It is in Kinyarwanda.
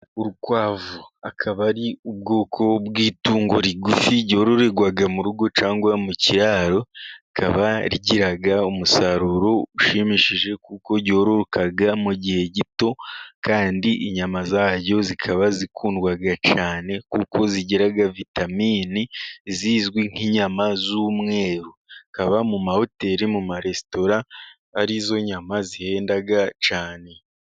Urukwavu akaba ari ubwoko bw'itungo rigufi ryororerwa mu rugo cyangwa mu kiraro, rikaba rigira umusaruro ushimishije kuko ryororoka mu gihe gito kandi inyama zarwo zikaba zikundwa cyane, kuko zigira vitamini zizwi nk'inyama z'umweru akaba mu mahoteli mu maresitora ari zo nyama zihenda cyane.